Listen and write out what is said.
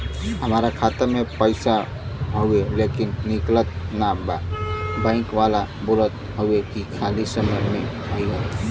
हमार खाता में पैसा हवुवे लेकिन निकलत ना बा बैंक वाला बोलत हऊवे की खाली समय में अईहा